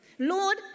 Lord